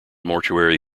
mortuary